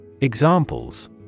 Examples